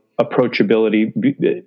approachability